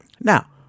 Now